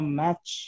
match